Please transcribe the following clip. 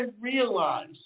realize